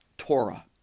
Torah